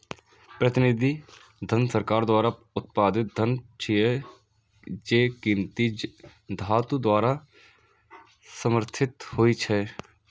प्रतिनिधि धन सरकार द्वारा उत्पादित धन छियै, जे कीमती धातु द्वारा समर्थित होइ छै